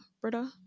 Brita